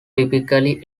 typically